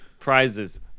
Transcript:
Prizes